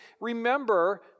remember